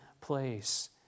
place